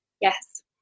Yes